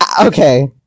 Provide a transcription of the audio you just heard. okay